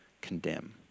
condemn